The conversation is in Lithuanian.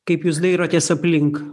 kaip jūs dairotės aplink